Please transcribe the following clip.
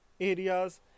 areas